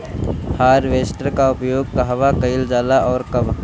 Harvester का उपयोग कहवा कइल जाला और कब?